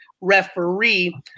referee